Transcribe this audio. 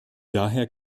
daher